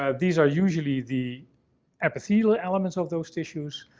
ah these are usually the epithelial elements of those tissues,